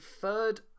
third